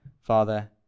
father